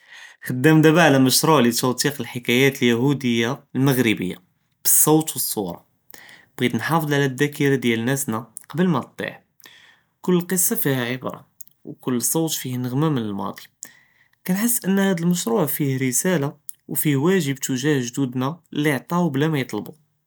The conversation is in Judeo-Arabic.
חְדאם דבא עלא משרוע תות׳יק אלחקאיאת אלמע׳רבּיה בצות ובצורה, בג׳ית נחאפד עלא אלדאכרה דיאל נאסנא קבל מא תדיאע, כל קצָה פיהא עִבְּרה וכל צות פיה נַעְמה מן אלמאצ׳י, כנחס אנהאדא למשרוע פיה רסאלה ופיה ואג׳ב אתג׳אה ג׳דודנא לי עטאו בלא מִיֶטְלבּו.